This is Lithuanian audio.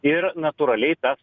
ir natūraliai tas